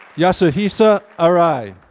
yasuhisa arai.